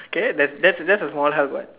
okay that that's just a small helmet